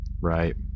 Right